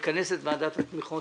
לכנס את ועדת התמיכות